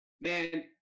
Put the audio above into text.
Man